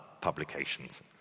publications